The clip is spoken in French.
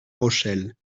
rochelle